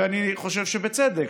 ואני חושב שבצדק,